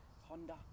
honda